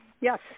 Yes